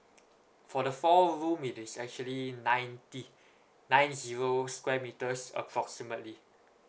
for the four room it is actually ninety nine zero square meters approximately